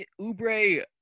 Ubre